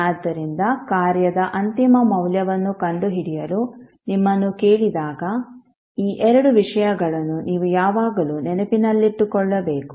ಆದ್ದರಿಂದ ಕಾರ್ಯದ ಅಂತಿಮ ಮೌಲ್ಯವನ್ನು ಕಂಡುಹಿಡಿಯಲು ನಿಮ್ಮನ್ನು ಕೇಳಿದಾಗ ಈ ಎರಡು ವಿಷಯಗಳನ್ನು ನೀವು ಯಾವಾಗಲೂ ನೆನಪಿನಲ್ಲಿಟ್ಟುಕೊಳ್ಳಬೇಕು